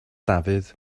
dafydd